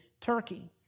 Turkey